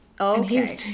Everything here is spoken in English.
Okay